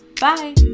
Bye